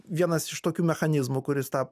vienas iš tokių mechanizmų kuris tą